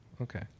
okay